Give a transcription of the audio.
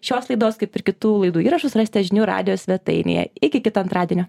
šios laidos kaip ir kitų laidų įrašus rasite žinių radijo svetainėje iki kito antradienio